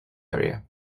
area